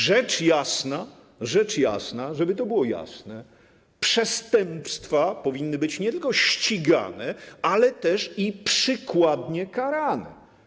Rzecz jasna - rzecz jasna, żeby to było jasne - przestępstwa powinny być nie tylko ścigane, ale i przykładnie karane.